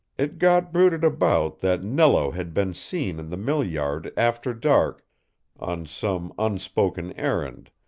it got bruited about that nello had been seen in the mill-yard after dark on some unspoken errand,